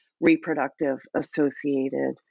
reproductive-associated